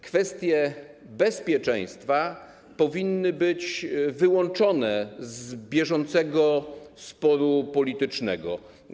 Kwestie bezpieczeństwa powinny być wyłączone z bieżącego sporu politycznego.